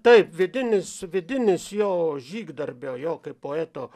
taip vidinis vidinis jo žygdarbio jo kaip poeto